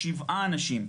שבעה אנשים,